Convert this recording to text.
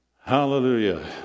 Hallelujah